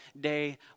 day